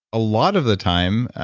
a lot of the time,